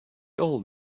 old